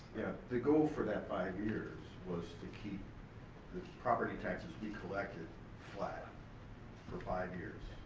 the goal for that five years was to keep property taxes we collected flat for five years,